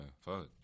Fuck